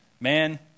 man